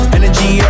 Energy